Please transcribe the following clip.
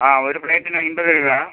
ആ ഒരു പ്ലേറ്റിന് അമ്പത് രൂപ